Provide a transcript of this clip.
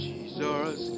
Jesus